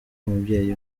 umubyeyi